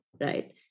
Right